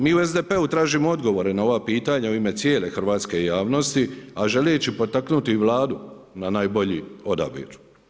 Mi u SDP-u tražimo odgovore na ova pitanja u ime cijele hrvatske javnosti a želeći potaknuti i Vladu na najbolji odabir.